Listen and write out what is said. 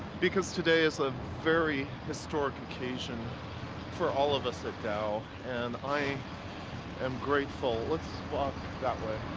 because today is a very historic occasion for all of us at dow, and i am gratefulo let's walk that way.